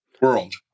World